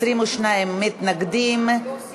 22 מתנגדים,